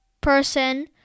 person